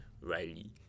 Riley